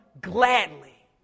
gladly